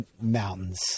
mountains